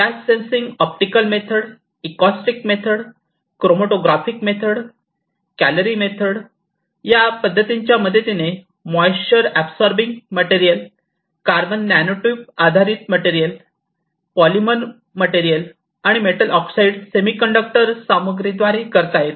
gas sensing optical method acoustic method chromatography method calorimetric पद्धतींच्या मदतीने moisture absorbing material carbon nanotube आधारित material polymer material आणि metal oxide semiconductor सामग्री द्वारे करता येते